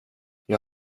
jag